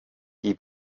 die